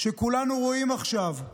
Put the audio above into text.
שכולנו רואים עכשיו,